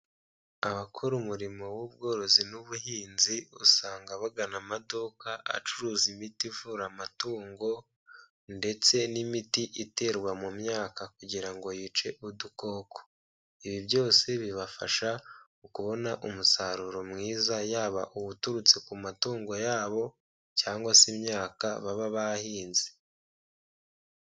Abakora umurimo w'ubworozi n'ubuhinzi, usanga bagana amaduka acuruza imiti ivura amatungo ndetse n'imiti iterwa mu myaka kugira ngo yice udukoko, ibi byose bibafasha kubona umusaruro mwiza yaba uwuturutse ku matungo yabo cyangwa se imyaka baba bahinze.